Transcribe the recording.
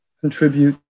contribute